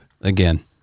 again